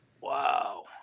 Wow